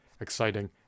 exciting